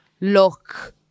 look